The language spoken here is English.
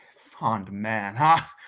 fond man, ah,